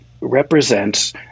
represents